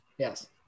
Yes